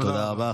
תודה רבה.